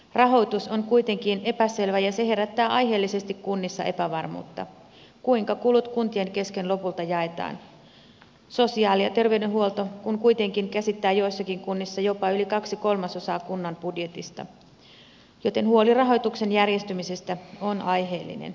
rahoitus on kuitenkin epäselvä ja se herättää aiheellisesti kunnissa epävarmuutta kuinka kulut kuntien kesken lopulta jaetaan sosiaali ja terveydenhuolto kun kuitenkin käsittää joissakin kunnissa jopa yli kaksi kolmasosaa kunnan budjetista joten huoli rahoituksen järjestymisestä on aiheellinen